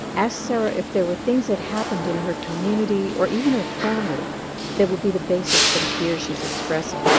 asked sarah if there were things that happened in her community or even her family that would be the basis for the fear she's expressing